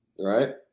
right